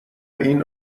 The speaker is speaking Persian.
این